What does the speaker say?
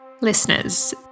Listeners